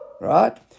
Right